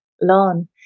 lawn